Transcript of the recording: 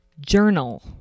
Journal